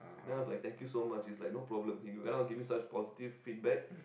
then I was like thank you so much he's like no problem he went on to give me such positive feedback